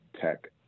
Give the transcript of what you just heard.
tech